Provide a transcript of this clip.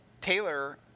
Taylor